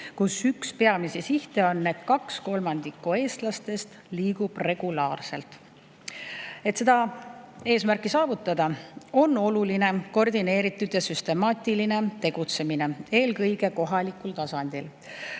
ja üks peamisi sihte on, et kaks kolmandikku eestlastest liigub regulaarselt. Et seda eesmärki saavutada, on oluline koordineeritud ja süstemaatiline tegutsemine eelkõige kohalikul tasandil,